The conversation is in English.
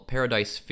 Paradise